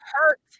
hurt